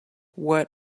what